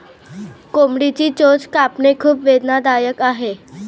कोंबडीची चोच कापणे खूप वेदनादायक आहे